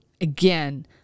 again